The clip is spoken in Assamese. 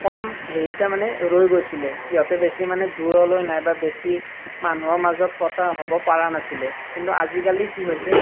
কম হেৰিতে মানে ৰৈ গৈছিলে সিহঁতে বেছি মানে দূৰলৈ নাইবা বেছি মানুহৰ মাজত প্ৰচাৰ হ'ব পৰা নাছিলে কিন্তু আজিকালি কি হৈছে